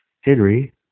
Henry